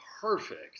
perfect